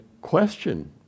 question